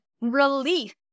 relief